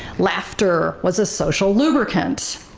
laughter was a social lubricant,